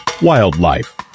Wildlife